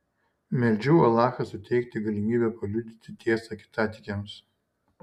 meldžiau alachą suteikti galimybę paliudyti tiesą kitatikiams